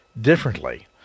differently